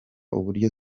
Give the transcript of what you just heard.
uburyo